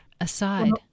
aside